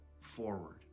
forward